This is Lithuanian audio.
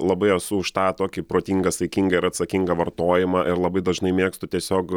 labai esu už tą tokį protingą saikingą ir atsakingą vartojimą ir labai dažnai mėgstu tiesiog